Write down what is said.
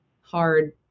hard